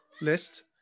list